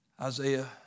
Isaiah